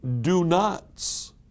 do-nots